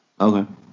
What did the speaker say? Okay